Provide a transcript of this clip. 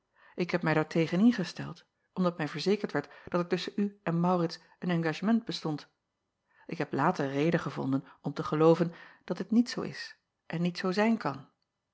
k heb mij daar tegen in gesteld omdat mij verzekerd werd dat er tusschen u en aurits een engagement bestond ik heb later reden gevonden om te acob van ennep laasje evenster delen gelooven dat dit niet zoo is en niet zoo zijn kan